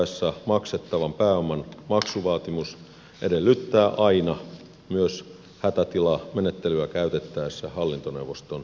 vaadittaessa maksettavan pääoman maksuvaatimus edellyttää aina myös hätätilamenettelyä käytettäessä hallintoneuvoston yksimielisyyttä